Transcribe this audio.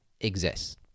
exists